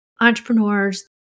entrepreneurs